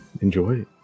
Enjoy